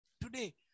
Today